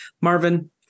Marvin